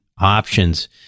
options